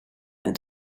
and